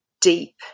deep